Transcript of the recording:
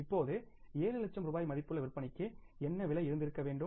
இப்போது 7 லட்சம் ரூபாய் மதிப்புள்ள விற்பனைக்கு என்ன விலை இருந்திருக்க வேண்டும்